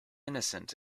innocent